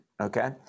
okay